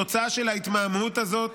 התוצאה של ההתמהמהות הזאת